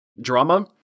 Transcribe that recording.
drama